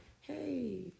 hey